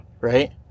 right